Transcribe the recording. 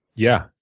yeah,